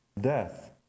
death